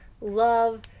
love